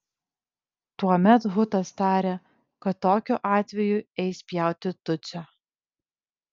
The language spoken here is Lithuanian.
tuomet hutas tarė kad tokiu atveju eis pjauti tutsio